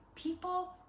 People